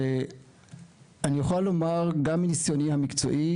ואני יכול לומר גם מניסיוני המקצועי,